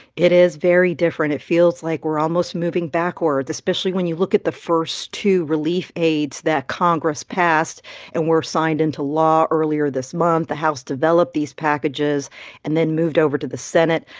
it is very different. it feels like we're almost moving backwards, especially when you look at the first two relief aids that congress passed and were signed into law earlier this month. the house developed these packages and then moved over to the senate.